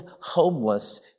homeless